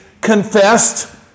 confessed